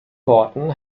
worten